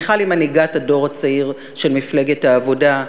מיכל היא מנהיגת הדור הצעיר של מפלגת העבודה,